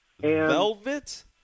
Velvet